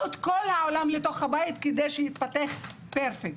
את כל העולם לתוך הבית כדי שיתפתח פרפקט,